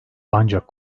ancak